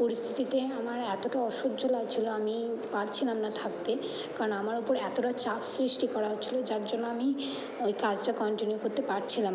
পরিস্থিতিতে আমার এতটা অসহ্য লাগছিলো আমি পারছিলাম না থাকতে কারণ আমার ওপর এতটা চাপ সৃষ্টি করা হচ্ছিলো যার জন্য আমি ওই কাজটা কন্টিনিউ করতে পারছিলাম না